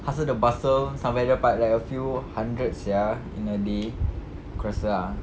hustle the bustle sampai dapat like a few hundreds sia in a day aku rasa ah